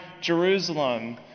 Jerusalem